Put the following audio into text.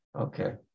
Okay